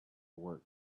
work